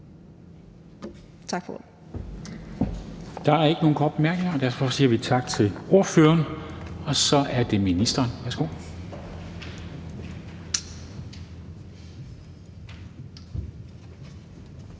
Tak for ordet.